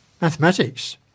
mathematics